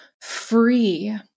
free